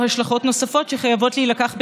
השלכות נוספות שחייבות להילקח בחשבון.